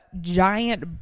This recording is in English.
giant